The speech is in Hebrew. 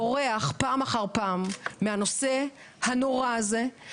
בורח פעם אחר פעם מהנושא הנורא הזה,